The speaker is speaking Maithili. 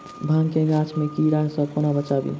भांग केँ गाछ केँ कीड़ा सऽ कोना बचाबी?